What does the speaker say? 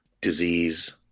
disease